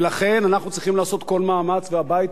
והבית הזה הוא הבמה הראויה לכך.